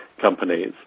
companies